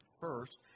first